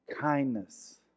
kindness